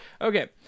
Okay